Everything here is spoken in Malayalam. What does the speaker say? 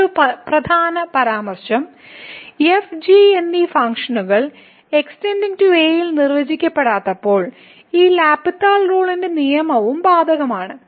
മറ്റൊരു പ്രധാന പരാമർശം f g എന്നീ ഫംഗ്ഷനുകൾ x → a ൽ നിർവചിക്കപ്പെടാത്തപ്പോൾ ഈ എൽ ഹോസ്പിറ്റൽ റൂൾന്റെ നിയമവും ബാധകമാണ്